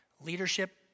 Leadership